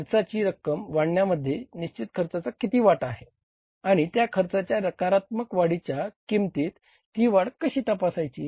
खर्चाची रक्कम वाढवण्यामध्ये निश्चित खर्चाचा किती वाटा आहे आणि त्या खर्चाच्या नकारात्मक वाढीच्या किंमतीत ती वाढ कशी तपासायची